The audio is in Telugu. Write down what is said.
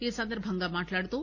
ఈ సందర్భంగా మాట్లాడుతూ